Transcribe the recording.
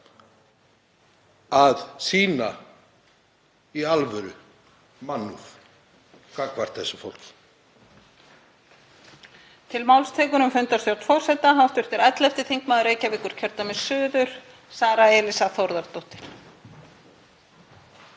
að sýna í alvöru mannúð gagnvart þessu fólks.